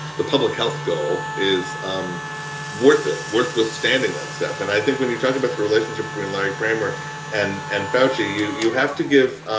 the public health goal is um worth it. worthless standing that steps. and i think when you talk about the relationship between larry kramer and and foushee, you you have to give